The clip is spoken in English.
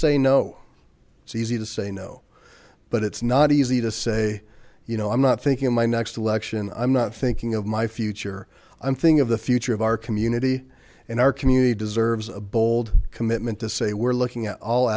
say no it's easy to say no but it's not easy to say you know i'm not thinking of my next election i'm not thinking of my future i'm think of the future of our community and our community deserves a bold commitment to say we're looking at all